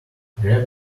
grab